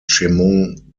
chemung